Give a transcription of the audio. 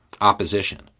Opposition